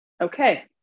Okay